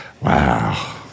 Wow